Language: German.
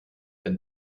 wenn